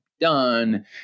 done